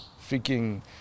freaking